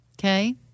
Okay